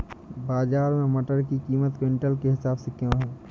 बाजार में मटर की कीमत क्विंटल के हिसाब से क्यो है?